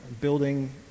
building